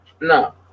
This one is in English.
No